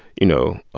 you know,